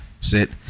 sit